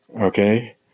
Okay